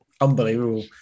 Unbelievable